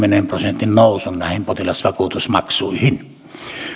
kymmenen prosentin nousun näihin potilasvakuutusmaksuihin